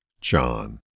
John